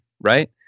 Right